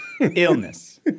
Illness